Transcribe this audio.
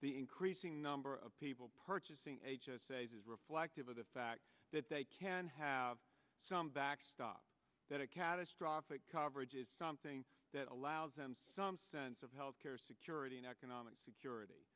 the increasing number of people purchasing a reflective of the fact that they can have some backstop that a catastrophic coverage is something that allows them some sense of health care security and economic security